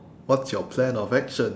what's your plan of action